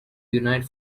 unite